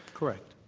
correct.